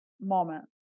moment